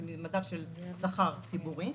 כלומר מדד של שכר ציבורי,